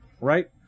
Right